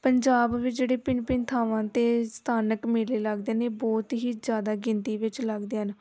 ਪੰਜਾਬ ਵਿੱਚ ਜਿਹੜੇ ਭਿੰਨ ਭਿੰਨ ਥਾਵਾਂ 'ਤੇ ਸਥਾਨਕ ਮੇਲੇ ਲੱਗਦੇ ਨੇ ਬਹੁਤ ਹੀ ਜ਼ਿਆਦਾ ਗਿਣਤੀ ਵਿੱਚ ਲੱਗਦੇ ਹਨ